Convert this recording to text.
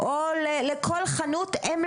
מאוד חשוב לציין שרוב האוניות לא